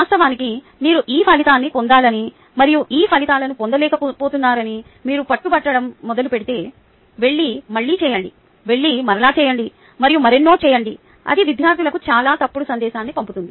వాస్తవానికి మీరు ఈ ఫలితాన్ని పొందాలని మరియు ఈ ఫలితాలను పొందలేకపోతున్నారని మీరు పట్టుబట్టడం మొదలుపెడితే వెళ్లి మళ్ళీ చేయండి వెళ్లి మరలా చేయండి మరియు మరెన్నో చేయండి అది విద్యార్థులకు చాలా తప్పుడు సందేశాన్ని పంపుతుంది